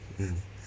mm